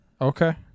okay